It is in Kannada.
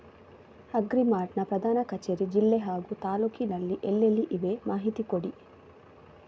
ಅಗ್ರಿ ಮಾರ್ಟ್ ನ ಪ್ರಧಾನ ಕಚೇರಿ ಜಿಲ್ಲೆ ಹಾಗೂ ತಾಲೂಕಿನಲ್ಲಿ ಎಲ್ಲೆಲ್ಲಿ ಇವೆ ಮಾಹಿತಿ ಕೊಡಿ?